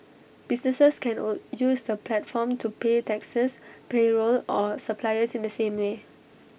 businesses can all use the platform to pay taxes payroll or suppliers in the same way